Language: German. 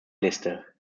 liste